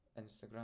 Instagram